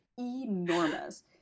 enormous